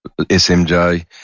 SMJ